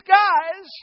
guys